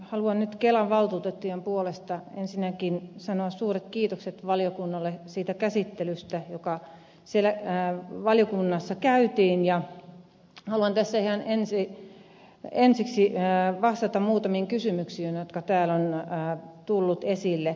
haluan nyt kelan valtuutettujen puolesta ensinnäkin sanoa suuret kiitokset valiokunnalle siitä käsittelystä joka siellä valiokunnassa käytiin ja haluan tässä ihan ensiksi vastata muutamiin kysymyksiin jotka täällä ovat tulleet esille